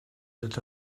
that